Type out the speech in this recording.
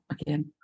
again